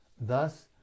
Thus